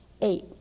eight